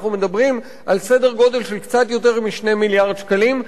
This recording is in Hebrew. אנחנו מדברים על סדר-גודל של קצת יותר מ-2 מיליארד שקלים,